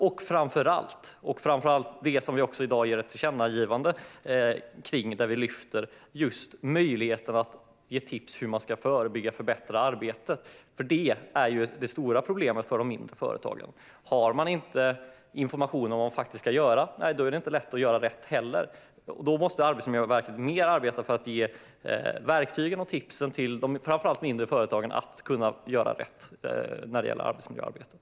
Och framför allt: I vårt tillkännagivande lyfter vi upp möjligheten att ge tips på hur man kan förbättra arbetsmiljöarbetet. Det stora problemet för de mindre företagen är att om de inte har information om hur de ska göra är det inte lätt att göra rätt. Därför måste Arbetsmiljöverket arbeta mer för att ge verktyg och tips till framför allt de mindre företagen så att det kan göra rätt i arbetsmiljöarbetet.